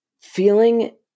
feeling